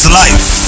life